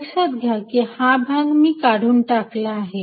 लक्षात घ्या की हा भाग मी काढून टाकला आहे